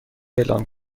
اعلام